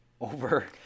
over